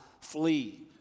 flee